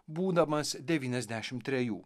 būdamas devyniasdešim trejų